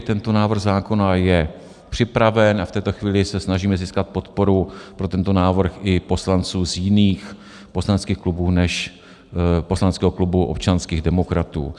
Tento návrh zákona je připraven a v této chvíli se snažíme získat podporu pro tento návrh i poslanců z jiných poslaneckých klubů než poslaneckého klubu občanských demokratů.